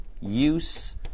use